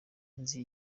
nzi